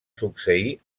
succeir